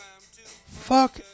Fuck